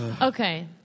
Okay